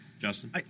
Justin